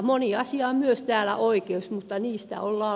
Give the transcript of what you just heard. moni asia on myös täällä oikeus mutta niistä olla